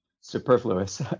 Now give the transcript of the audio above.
superfluous